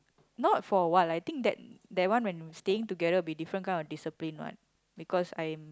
not for awhile I think that that one when staying together will be a different kind of discipline what because I'm